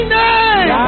name